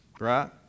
right